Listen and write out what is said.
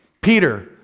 Peter